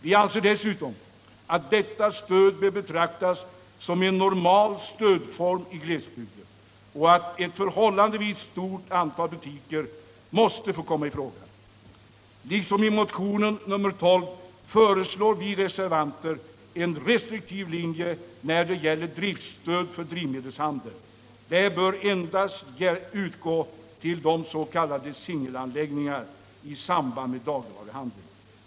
Vi anser dessutom att detta stöd bör betraktas som en normal stödform i glesbygder och att ett förhållandevis stort antal butiker måste få komma i fråga. Liksom motionen 1977/78:12 föreslår vi i vår reservation 6 en restriktiv linje när det gäller driftsstöd för drivmedelshandel, så att det endast bör utgå till s.k. singelanläggningar i samband med dagligvaruhandeln.